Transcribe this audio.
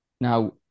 Now